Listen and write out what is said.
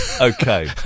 Okay